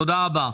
תודה רבה.